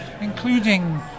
Including